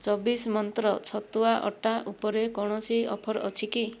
ଚବିଶ ମନ୍ତ୍ର ଛତୁଆ ଅଟା ଉପରେ କୌଣସି ଅଫର୍ ଅଛି କି